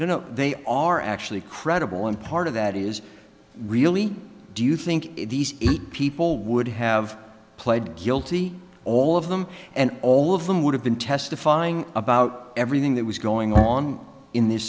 no no they are actually credible and part of that is really do you think these people would have pled guilty all of them and all of them would have been testifying about everything that was going on in this